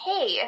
hey